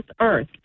earth